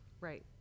Right